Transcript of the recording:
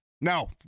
No